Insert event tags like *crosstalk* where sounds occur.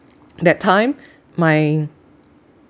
*noise* that time my